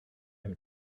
him